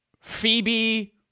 Phoebe